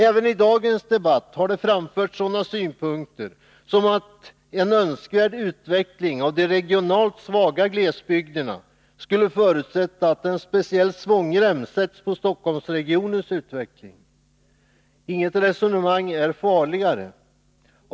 Även i dagens debatt har det framförts sådana synpunkter som att en önskvärd utveckling av de regionalt svaga glesbygderna skulle förutsätta en speciell svångrem när det gäller Stockholmsregionens utveckling. Inget resonemang är farligare.